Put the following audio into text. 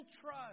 trust